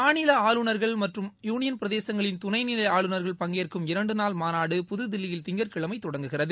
மாநில ஆளுனர்கள் மற்றும் யூனியன் பிரதேசங்களின் துணைநிலை ஆளுனர்கள் பங்கேற்கும் இரண்டு நாள் மாநாடு புதுதில்லியில் திங்கள் கிழமை தொடங்குகிறது